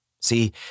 See